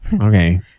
okay